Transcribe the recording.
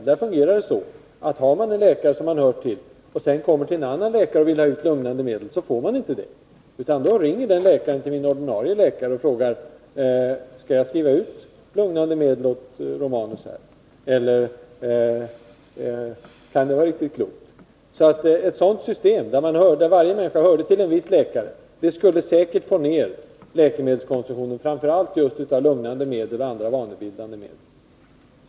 I Danmark fungerar det så här: Om jag hör till en läkare och sedan kommer till en annan läkare och vill ha ut lugnande medel får jag inte det. Då ringer den läkaren till min ordinarie läkare och frågar: Skall jag skriva ut lugnande medel åt Romanus, kan det vara riktigt klokt? — Ett sådant system, där varje människa hör till en viss läkare, skulle säkert få ned läkemedelskonsumtionen, framför allt konsumtionen av lugnande medel och andra vanebildande medel.